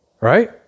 right